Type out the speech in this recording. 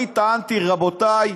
אני טענתי, רבותי: